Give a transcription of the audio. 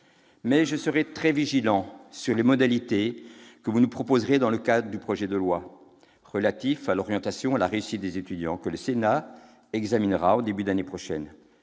je serai très vigilant sur les modalités que vous nous proposerez dans le cadre du projet de loi relatif à l'orientation et à la réussite des étudiants, que le Sénat examinera au début de l'année prochaine.